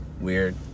Weird